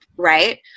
Right